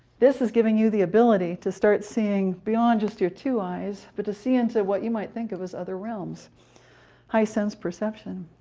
this is giving you the ability to start seeing beyond just your two eyes but to see into what you might think of as other realms high sense perception.